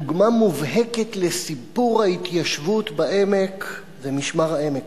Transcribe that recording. דוגמה מובהקת לסיפור ההתיישבות בעמק זה משמר-העמק.